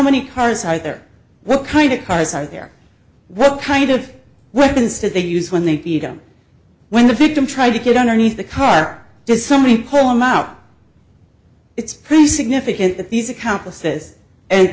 many cars either what kind of cars are there what kind of weapons did they use when they beat them when the victim tried to get underneath the car does somebody pull him out it's pretty significant that these accomplice this and